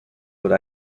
with